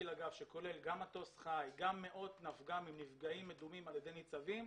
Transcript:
שכולל גם מטוס חי וגם מאות נפג"מים (נפגעים מדומים על ידי ניצבים).